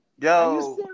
Yo